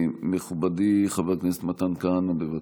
מכובדי חבר הכנסת מתן כהנא, בבקשה.